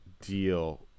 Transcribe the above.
deal